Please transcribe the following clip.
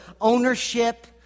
ownership